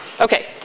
Okay